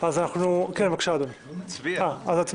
אז נצביע.